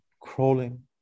crawling